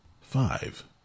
five